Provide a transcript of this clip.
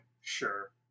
Sure